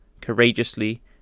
courageously